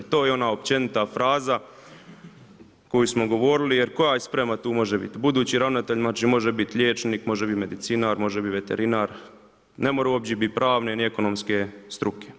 To je ona općenita fraza koju smo govorili, jer koja sprema tu može biti, budući ravnatelj može biti liječnik, može biti medicinar, može biti veterinar, ne mora uopće biti pravne ni ekonomske struke.